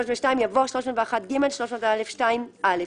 302" יבוא " 301ג; 302(א);".